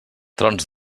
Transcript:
trons